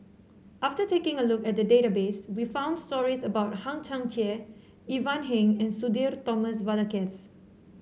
after taking a look at the database we found stories about Hang Chang Chieh Ivan Heng and Sudhir Thomas Vadaketh